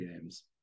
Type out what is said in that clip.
games